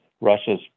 Russia's